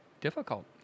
difficult